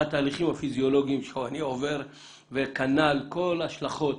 מה התהליכים הפיזיולוגיים שאני עובר וכנ"ל כל ההשלכות,